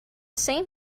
same